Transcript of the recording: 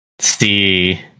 see